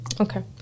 Okay